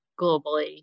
globally